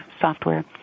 software